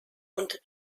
und